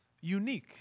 unique